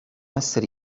esseri